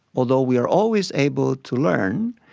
although we are always able to learn,